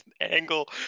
angle